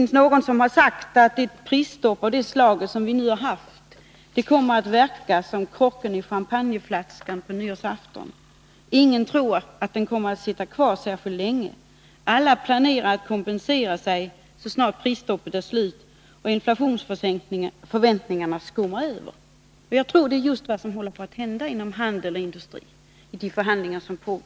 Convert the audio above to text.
Någon har sagt att ett prisstopp av det slag vi har haft kommer att verka som korken i champagneflaskan på nyårsafton — ingen tror att den kommer att sitta kvar särskilt länge. Alla planerar att kompensera sig så snart prisstoppet är slut och inflationsförväntningarna skummar över. Jag tror att det är just vad som håller på att hända i de förhandlingar som pågår med handeln och industrin.